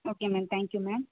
okay ma'am thank you ma'am